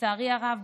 לצערי הרב,